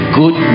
good